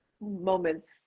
moments